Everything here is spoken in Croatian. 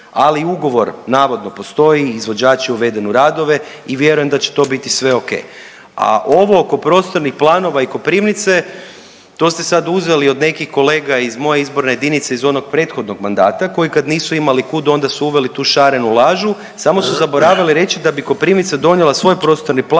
ali ugovor navodno postoji, izvođač je uveden u radove i vjerujem da će to biti sve okej. A ovo oko prostornih planova i Koprivnice to ste sad uzeli od nekih kolega iz moje izborne jedinice, iz onog prethodnog mandata, koji kad nisu imali kud onda su uveli tu šarenu lažu, samo su zaboravili reći da bi Koprivnica donijela svoj prostorni plan,